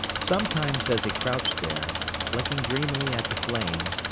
sometimes as he crouched there, blinking dreamily at the flames,